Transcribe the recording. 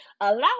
Allow